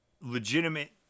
legitimate